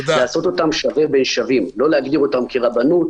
לעשות אותם שווה בין שווים ולא להגדיר אותם כרבנות